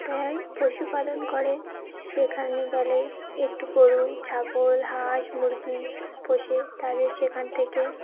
তাই পশুপালন করে সেখানে গেলে একটু গরু ছাগল হাঁস মুরগি পোষে তাদের সেখান থেকে